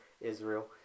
Israel